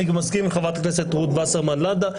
אני מסכים עם חברת הכנסת רות וסרמן לנדה,